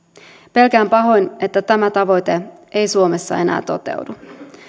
pelkään pahoin että tämä tavoite ei suomessa enää toteudu